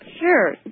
Sure